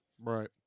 Right